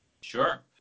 Sure